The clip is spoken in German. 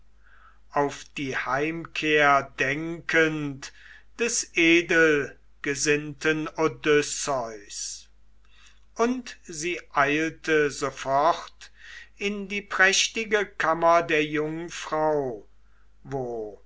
auf die heimkehr denkend des edelgesinnten odysseus und sie eilte sofort in die prächtige kammer der jungfrau wo